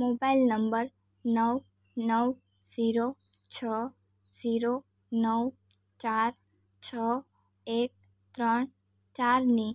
mobile number નવ નવ zero છ ઝીરો નવ ચાર છ એક ત્રણ ચારની